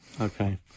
okay